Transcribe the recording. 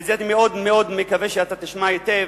ואני מאוד מאוד מקווה שאתה תשמע היטב,